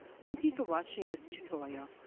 thank you for watching this tutorial.